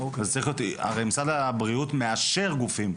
הרי משרד הבריאות מאשר גופים,